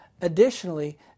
Additionally